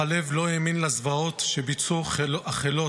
אך הלב לא האמין לזוועות שביצעו החלאות